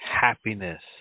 happiness